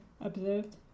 observed